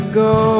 go